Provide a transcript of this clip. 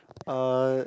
uh